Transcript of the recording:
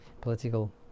political